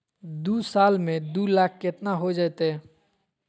दू साल में दू लाख केतना हो जयते?